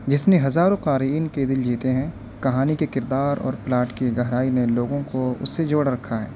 جس نے ہزاروں قارئین کے دل جیتے ہیں کہانی کے کردار اور پلاٹ کی گہرائی نے لوگوں کو اس سے جوڑ رکھا ہے